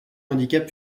handicap